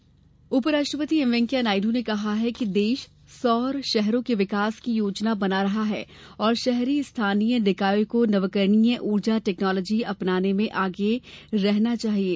नायडु उपराष्ट्रपति एम वेंकैया नायड् ने कहा है कि देश सौर शहरों के विकास की योजना बना रहा है और शहरी स्थानीय निकायों को नवीकरणीय ऊर्जा टेक्नोलॉजी अपनाने में आगे रहना चाहिये